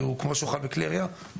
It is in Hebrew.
כמו שהוא חל בכלי הירייה,